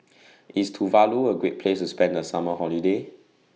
IS Tuvalu A Great Place to spend The Summer Holiday